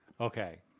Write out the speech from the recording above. Okay